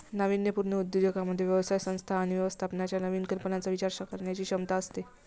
नाविन्यपूर्ण उद्योजकांमध्ये व्यवसाय संस्था आणि व्यवस्थापनाच्या नवीन कल्पनांचा विचार करण्याची क्षमता असते